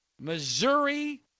Missouri